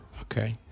Okay